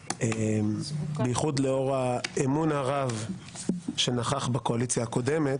בייחוד לאור האמון הרב שנכח בקואליציה הקודמת,